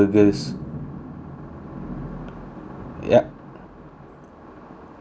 ya